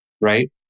right